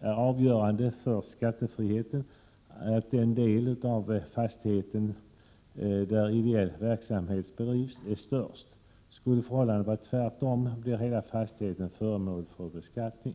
det avgörande för skattefriheten att den del av fastigheten där ideell verksamhet bedrivs är störst. Skulle förhållandet vara tvärtom blir hela fastigheten föremål för beskattning.